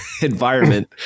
environment